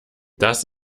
das